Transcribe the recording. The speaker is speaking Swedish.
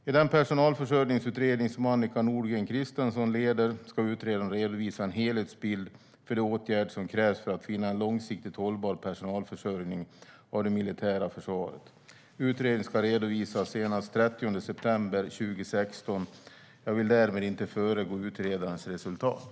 I den personalförsörjningsutredning som Annika Nordgren Christensen leder ska utredaren redovisa en helhetsbild för de åtgärder som krävs för att finna en långsiktigt hållbar personalförsörjning av det militära försvaret. Utredningen ska redovisas senast den 30 september 2016. Jag vill därmed inte föregå utredarens resultat.